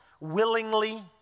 willingly